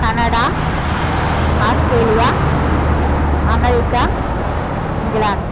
Canada Australia America England